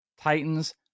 Titans